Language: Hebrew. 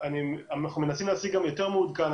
ואנחנו מנסים להשיג גם יותר מעודכן,